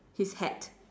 his hat